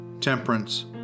temperance